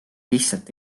lihtsalt